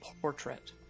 portrait